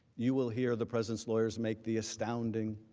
you will hear the presidents lawyers make the astounding